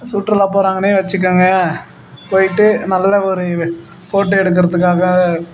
சுற்றுலா போறாங்கனே வச்சிக்கங்க போய்ட்டு நல்ல ஒரு ஃபோட்டோ எடுக்கிறத்துக்காக